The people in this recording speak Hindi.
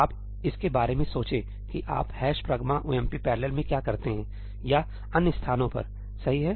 आप इसके बारे में सोचें कि आप 'hash pragma omp parallel' में क्या करते हैं 'या अन्य स्थानों पर सही है